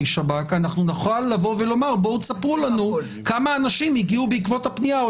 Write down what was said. שב"כ אנחנו נוכל לומר בואו תספרו לנו כמה אנשים הגיעו בעקבות הפנייה,